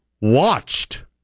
watched